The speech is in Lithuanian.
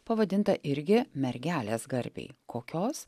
pavadintą irgi mergelės garbei kokios